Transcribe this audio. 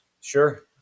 Sure